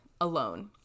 alone